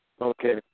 Okay